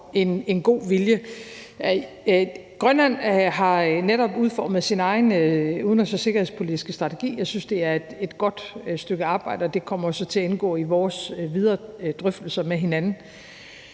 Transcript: Grønland har netop udformet sin egen udenrigs- og sikkerhedspolitiske strategi. Jeg synes, det er et godt stykke arbejde, og det kommer jo så til at indgå i vores videre drøftelser med hinanden.